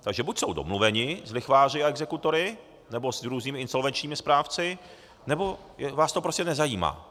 Takže buď jsou domluveni s lichváři a exekutory nebo různými insolvenčními správci, nebo vás to prostě nezajímá.